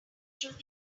through